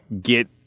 get